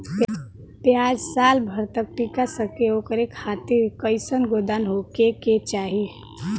प्याज साल भर तक टीका सके ओकरे खातीर कइसन गोदाम होके के चाही?